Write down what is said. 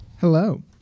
Hello